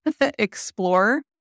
explore